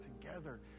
together